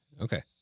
Okay